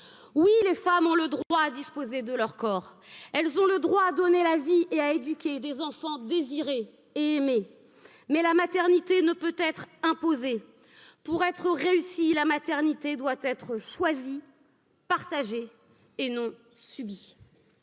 Oui, les femmes ont le droit à disposer de leur corps, elles ont le droit à donner la la vie et à éduquer des enfants désirés et aimés, mais la maternité ne peut être imposée pour être réussie, la maternité doit être choisie partagée et non subi.